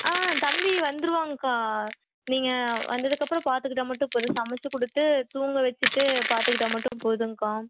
ஆ தம்பி வந்துருவான்கா நீங்கள் வந்ததுக்கு அப்புறம் பார்த்துக்கிட்டா மட்டும் போதும் சமைச்சி கொடுத்து தூங்க வச்சுட்டு பார்த்துக்கிட்டா மட்டும் போதும்க்கா